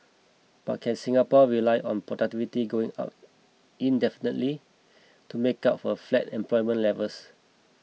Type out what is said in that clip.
but can Singapore rely on productivity going up indefinitely to make up for flat employment levels